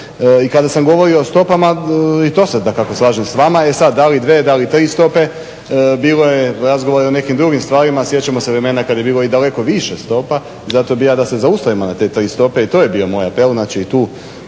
I kada sam govorio o stopama i to se dakako slažem s vama e sad da li dvije, da li tri stope bilo je razgovora o nekim drugim stvarima. Sjećamo se vremena kada je bilo daleko i više stopa zato bi ja da se zaustavimo na te tri stope i to je bio moj apel znači i tu